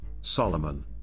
Solomon